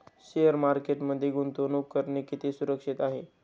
Share मार्केटमध्ये गुंतवणूक करणे किती सुरक्षित आहे?